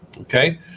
okay